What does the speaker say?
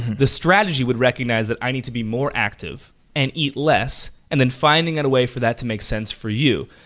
the strategy would recognize that i need to be more active and eat less and then finding out a way for that to make sense for you.